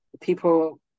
people